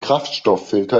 kraftstofffilter